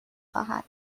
خواهد